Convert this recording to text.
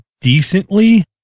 decently